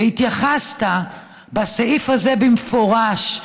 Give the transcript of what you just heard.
והתייחסת בסעיף הזה במפורש,